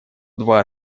два